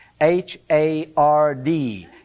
H-A-R-D